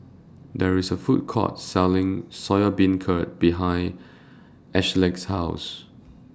There IS A Food Court Selling Soya Beancurd behind Ashleigh's House